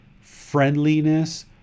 friendliness